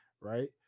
right